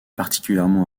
particulièrement